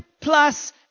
plus